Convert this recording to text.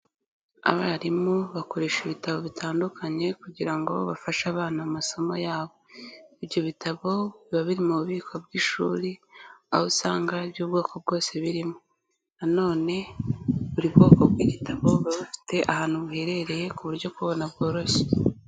Abarimu bakoresha ibitabo bitandukanye kugira ngo bafashe abana mu masomo yabo, ibyo bitabo biba biri mu bubiko bw'ishuri, aho usanga iby'ubwoko bwose birimo na none buri bwoko bw'igitabo buba bufite ahantu buherereye ku buryo kububona byoroshye.